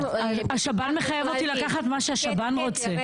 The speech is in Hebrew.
השב"ן מחייב אותי לקחת מה שהשב"ן רוצה.